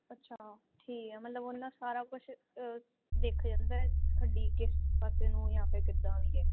ਅੱਛਾ ਠੀਕ ਹੈ ਮਤਲਬ ਉਹਦੇ ਨਾਲ ਸਾਰਾ ਕੁਛ ਦਿਖ ਜਾਂਦਾ ਹੱਡੀ ਕਿਸ ਪਾਸੇ ਨੂੰ ਜਾਂ ਫਿਰ ਕਿੱਦਾਂ ਵੀ ਹੈ